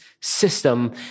system